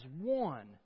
one